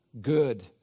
good